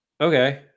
okay